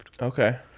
Okay